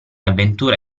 avventura